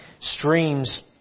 streams